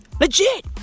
Legit